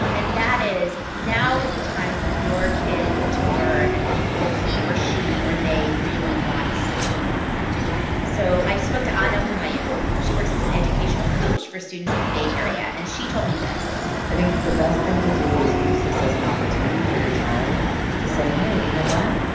and that is now is the time for your kid to learn what he or she or they really wants to learn so i spoke to ana homayoun. she works as an educational coach for students in the bay area. and she told me this i think the best thing to do is use this as an opportunity for your child to say, hey, you know what?